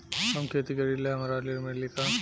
हम खेती करीले हमरा ऋण मिली का?